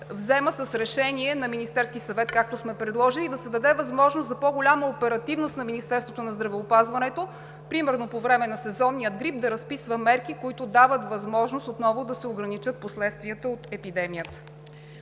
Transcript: взема с решение на Министерския съвет, както сме предложили. Да се даде възможност за по-голяма оперативност на Министерството на здравеопазването – например по време на сезонния грип да разписва мерки, които дават възможност отново да се ограничат последствията от епидемията.